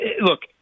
look